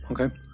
Okay